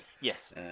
Yes